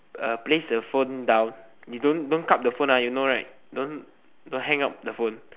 uh place the phone down you don't don't the phone ah you know right don't don't hang up the phone